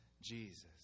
Jesus